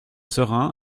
serein